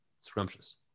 scrumptious